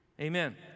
Amen